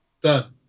done